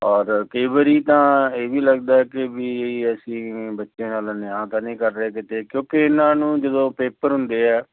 ਔਰ ਕਈ ਵਾਰੀ ਤਾਂ ਇਹ ਵੀ ਲੱਗਦਾ ਕਿ ਵੀ ਅਸੀਂ ਬੱਚਿਆਂ ਨਾਲ ਅਨਿਆ ਤਾਂ ਨਹੀਂ ਕਰ ਰਹੇ ਕਿਤੇ ਕਿਉਂਕਿ ਇਹਨਾਂ ਨੂੰ ਜਦੋਂ ਪੇਪਰ ਹੁੰਦੇ ਹੈ